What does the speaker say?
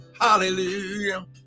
Hallelujah